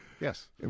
Yes